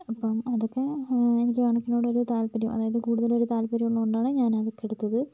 അപ്പം അതൊക്കെ എനിക്ക് കണക്കിനോടൊരു താല്പര്യോം അതായത് കൂടുതലൊരു താല്പര്യമുള്ളത് കൊണ്ടാണ് ഞാൻ അതൊക്കെ എടുത്തത്